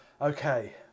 Okay